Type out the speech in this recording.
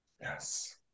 yes